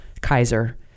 Kaiser